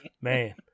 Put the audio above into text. man